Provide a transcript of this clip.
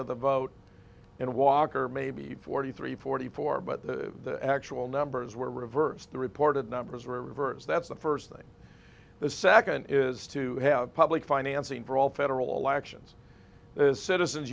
of the vote in walker maybe forty three forty four but the actual numbers were reversed the reported numbers were reversed that's the first thing the second is to have public financing for all federal elections as citizens